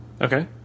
Okay